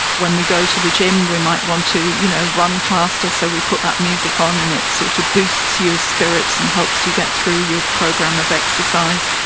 when we go to the gym we might want to you know run faster, so we put that music on and it sort of boosts your spirits and helps you get through your program of exercise.